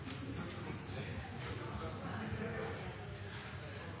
at vi fra